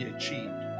achieved